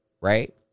Right